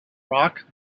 rock